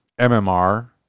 MMR